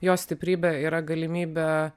jo stiprybė yra galimybė